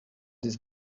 this